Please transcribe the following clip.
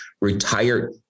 retired